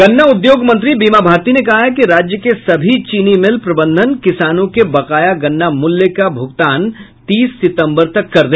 गन्ना उद्योग मंत्री बीमा भारती ने कहा है कि राज्य के सभी चीनी मिल प्रबंधन किसानों के बकाया गन्ना मूल्य का भुगतान तीस सितम्बर तक कर दे